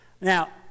Now